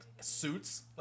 suits